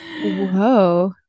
whoa